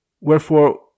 Wherefore